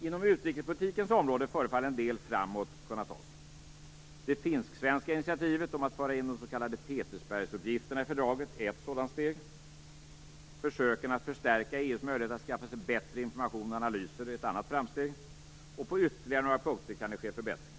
Inom utrikespolitikens område förefaller en del steg framåt kunna tas. Det finsk-svenska initiativet om att föra in de s.k. Petersbergsuppgifterna i fördraget är ett sådant steg. Försöken att förstärka EU:s möjlighet att skaffa sig bättre information och analyser är ett annat framsteg. På ytterligare några punkter kan det ske förbättringar.